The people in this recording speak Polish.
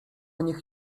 niech